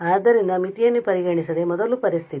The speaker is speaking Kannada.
ಆದ್ದರಿಂದ ಮಿತಿಯನ್ನು ಪರಿಗಣಿಸದೆ ಮೊದಲು ಪರಿಸ್ಥಿತಿ